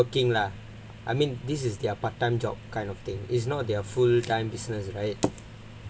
they are still working lah I mean this is their part time job kind of thing is not their full time business right